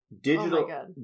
Digital